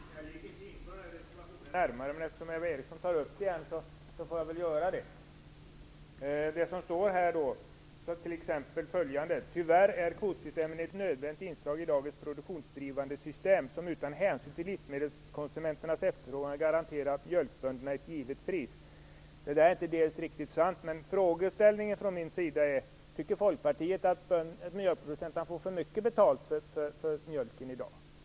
Herr talman! Jag gick inte närmare in på denna reservation, men eftersom Eva Eriksson tar upp den här frågan igen, får jag väl göra det. I reservationen anförs bl.a. följande: "Tyvärr är kvotsystemet ett nödvändigt inslag i dagens produktionsdrivande system som utan hänsyn till livsmedelskonsumenternas efterfrågan garanterar mjölkbönderna ett givet pris." Detta är inte riktigt sant, men min fråga är: Tycker Folkpartiet att mjölkproducenterna får för mycket betalt för mjölken i dag?